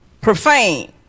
profane